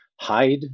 hide